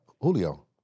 Julio